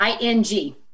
ing